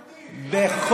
מלכתחילה?